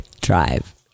Drive